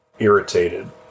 Irritated